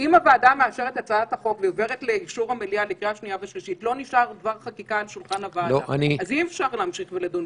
הוועדה כדי שהיא תוכל להמשיך ולדון.